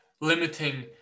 limiting